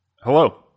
Hello